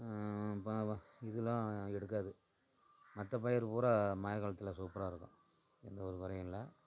இதலாம் எடுக்காது மற்ற பயிர் பூரா மழை காலத்தில் சூப்பராக இருக்கும் எந்த ஒரு குறையும் இல்லை